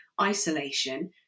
isolation